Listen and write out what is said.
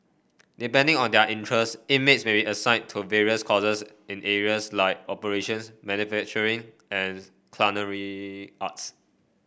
depending on their interest inmates may be assigned to various courses in areas like operations manufacturing and culinary arts